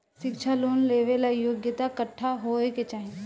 शिक्षा लोन लेवेला योग्यता कट्ठा होए के चाहीं?